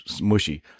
mushy